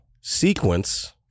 sequence